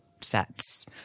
Sets